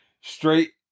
straight